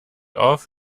off